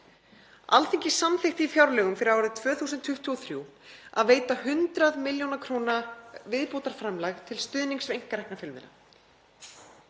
Alþingi samþykkti í fjárlögum fyrir árið 2023 að veita 100 millj. kr. viðbótarframlag til stuðnings við einkarekna fjölmiðla.